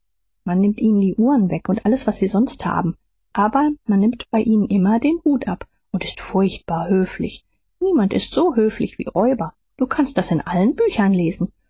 man nimmt ihnen die uhren weg und alles was sie sonst haben aber man nimmt bei ihnen immer den hut ab und ist furchtbar höflich niemand ist so höflich wie räuber du kannst das in allen büchern lesen